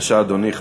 בבקשה, אדוני.